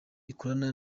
ikorana